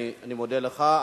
אני מודה לך.